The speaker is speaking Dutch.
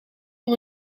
was